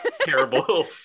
terrible